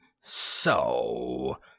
So